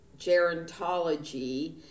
Gerontology